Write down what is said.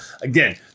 Again